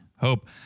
hope